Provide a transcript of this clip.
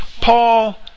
Paul